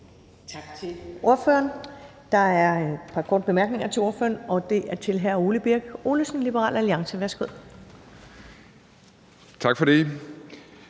Tak til ordføreren. Der er et par korte bemærkninger til ordføreren, og det er først fra hr. Ole Birk Olesen, Liberal Alliance. Værsgo. Kl.